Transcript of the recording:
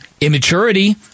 immaturity